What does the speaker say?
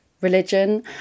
religion